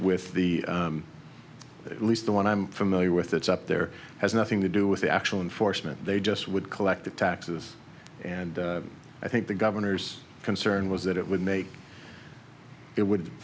with the least the one i'm familiar with that's up there has nothing to do with the actual enforcement they just would collect the taxes and i think the governors concern was that it would make it would